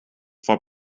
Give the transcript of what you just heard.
for